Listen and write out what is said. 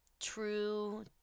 true